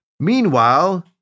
Meanwhile